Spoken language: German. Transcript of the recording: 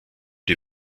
die